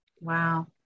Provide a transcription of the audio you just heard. Wow